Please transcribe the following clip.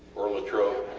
or la trobe.